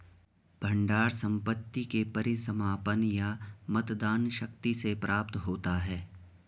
भंडार संपत्ति के परिसमापन या मतदान शक्ति से प्राप्त होता है